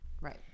right